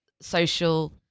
social